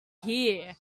hear